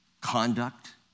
conduct